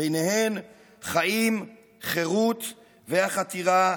ובהן חיים, חירות והחתירה